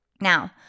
Now